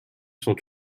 son